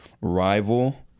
rival